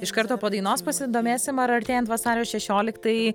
iš karto po dainos pasidomėsim ar artėjant vasario šešioliktajai